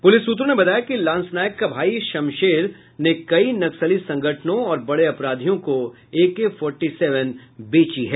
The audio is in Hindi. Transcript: पुलिस सूत्रों ने बताया कि लांस नायक का भाई शमशेर ने कई नक्सली संगठनों और बड़े अपराधियों को एके फोर्टीसेवन बेची है